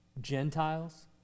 Gentiles